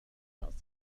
celsius